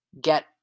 Get